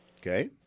Okay